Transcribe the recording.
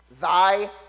Thy